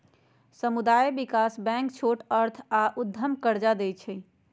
सामुदायिक विकास बैंक छोट अर्थ आऽ उद्यम कर्जा दइ छइ